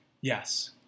Yes